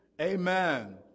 Amen